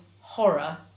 horror